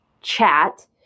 chat